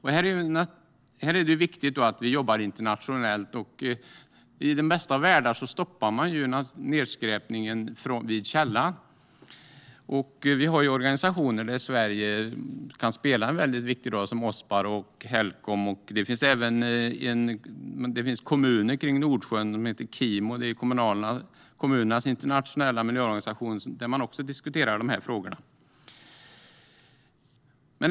Här är det viktigt att vi jobbar internationellt, och i den bästa av världar stoppar man nedskräpningen vid källan. Sverige kan spela en väldigt viktig roll i organisationer som Ospar och Helcom. I Kimo, som är kommunernas internationella miljöorganisation, diskuterar man också dessa frågor.